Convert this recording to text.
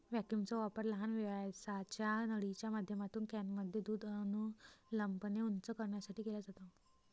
व्हॅक्यूमचा वापर लहान व्यासाच्या नळीच्या माध्यमातून कॅनमध्ये दूध अनुलंबपणे उंच करण्यासाठी केला जातो